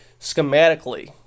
schematically